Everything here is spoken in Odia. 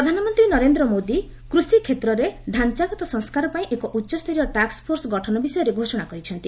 ନୀତି ଆୟୋଗ ପ୍ରଧାନମନ୍ତ୍ରୀ ନରେନ୍ଦ୍ର ମୋଦି କୃଷିକ୍ଷେତ୍ରରେ ଡ଼ାଞ୍ଚାଗତ ସଂସ୍କାର ପାଇଁ ଏକ ଉଚ୍ଚସ୍ତରୀୟ ଟାସ୍କଫୋର୍ସ ଗଠନ ବିଷୟରେ ଘୋଷଣା କରିଛନ୍ତି